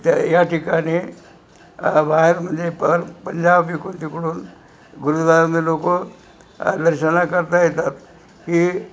त्या या ठिकाणी बाहेर म्हणजे पर पंजाब इकडून तिकडून गुरुद्वारामध्ये लोक दर्शनाकरता येतात की